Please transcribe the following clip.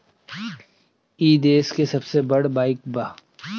ई देस के सबसे बड़ बईक बा